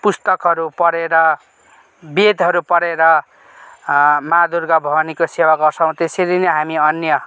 पुस्तकहरू पढेर वेदहरू पढेर मा दुर्गा भवानीको सेवा गर्छौँ त्यसरी नै हामी अन्य